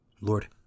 Lord